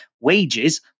wages